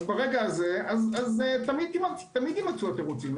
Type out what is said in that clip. תמיד יימצאו התירוצים.